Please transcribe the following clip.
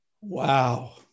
wow